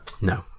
No